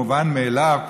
מובן מאליו,